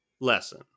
lesson